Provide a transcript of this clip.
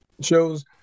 shows